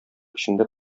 эчендә